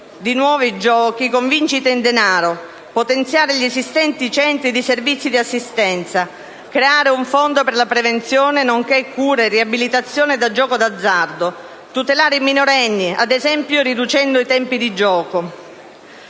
di nuovi giochi con vincite in denaro, potenziare gli esistenti centri e servizi di assistenza, creare un fondo per la prevenzione, nonché cura e riabilitazione da gioco d'azzardo, e tutelare i minorenni, ad esempio riducendo i tempi di gioco.